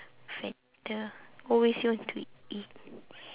fatter always he want to eat